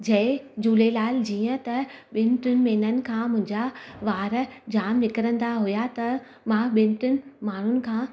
जय झूलेलाल जीअं त ॿिनि टिनि महिननि खां मुंहिंजा वार जाम निकिरिंदा हुया त मां ॿिनि टिनि माण्हुनि खां